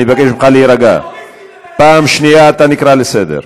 אני מבקש ממך להירגע, פעם שנייה אתה נקרא לסדר.